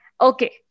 Okay